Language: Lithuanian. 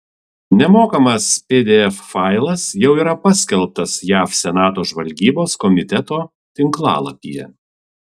nemokamas pdf failas jau yra paskelbtas jav senato žvalgybos komiteto tinklalapyje